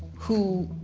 who.